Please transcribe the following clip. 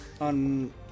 on